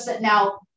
now